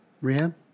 rehab